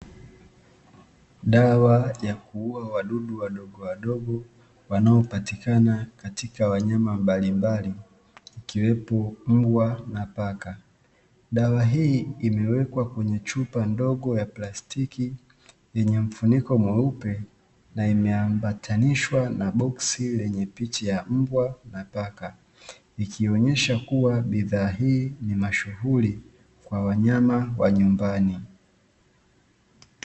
Dawa ya kuua wadudu wadogo wadogo wanaopatikana katika wanyama mbalimbali ikiwepo mbwa na paka dawa hii imewekwa kwenye chupa ndogo ya plastiki yenye mfuniko mweupe na imeambatanishwa na boksi lenye picha ya mbwa na paka, ikionyesha kuwa bidhaa hii ni mashughuli kwa wanyama wa nyumbani.